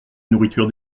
nourriture